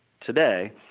today